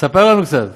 ספר לנו קצת.